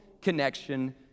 Connection